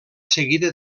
seguida